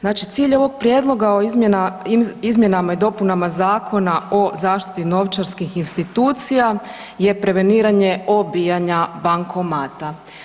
Znači cilj ovog Prijedloga o izmjenama i dopunama Zakona o zaštiti novčarskih institucija je preveniranje obijanja bankomata.